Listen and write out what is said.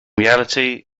reality